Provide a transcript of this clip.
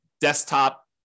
desktop